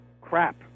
crap